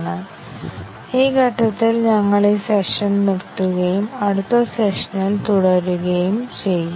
അതിനാൽ ഈ സെഷനിൽ ഞങ്ങൾ ഈ സെഷൻ നിർത്തും അടുത്ത സെഷനിൽ ഞങ്ങൾ തുടരും